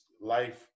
life